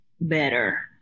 better